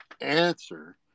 answer